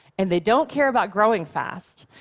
and they don't care about growing fast,